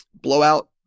blowout